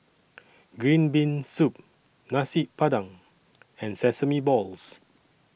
Green Bean Soup Nasi Padang and Sesame Balls